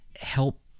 help